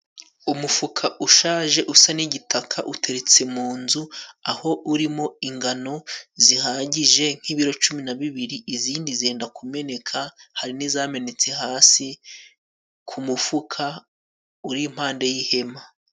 Umufuka ushaje usa n'igitaka uteretse mu nzu aho urimo ingano zihagije nk'ibiro cumi na bibiri, izindi zenda kumeneka, hari n'izamenetse hasi ku mufuka uri impande y'ihema.